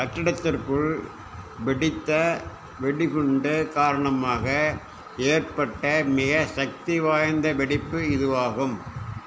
கட்டிடத்திற்குள் வெடித்த வெடிகுண்டு காரணமாக ஏற்பட்ட மிக சக்தி வாய்ந்த வெடிப்பு இதுவாகும்